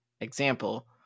Example